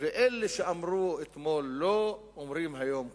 ואלה שאמרו אתמול "לא" אומרים היום "כן".